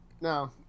no